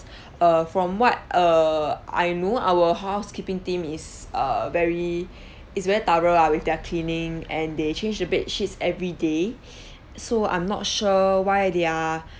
err from what err I know our housekeeping team is uh very is very thorough lah with their cleaning and they change the bed sheets everyday so I'm not sure why they are